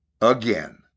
Again